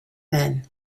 then